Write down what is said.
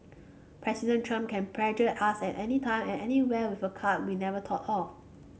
President Trump can pressure us at anytime at anywhere with a card we'd never thought of